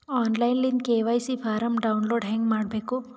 On line ದಿಂದ KYC form download ಹೇಂಗ ಮಾಡಬೇಕು?